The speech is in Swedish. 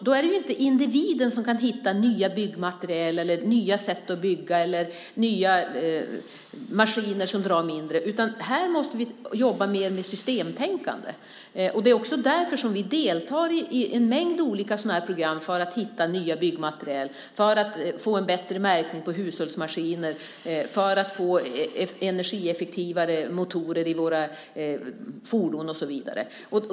Det är inte individen som kan hitta nya byggmaterial, nya sätt att bygga eller nya maskiner som drar mindre energi, utan här måste vi jobba mer med systemtänkande. Det är också därför som vi deltar i en mängd olika program för att hitta nya byggmaterial, för att få en bättre märkning på hushållsmaskiner, för att få energieffektivare motorer i våra fordon och så vidare.